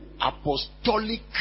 apostolic